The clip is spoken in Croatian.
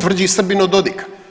tvrđi Srbin od Dodika.